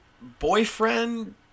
boyfriend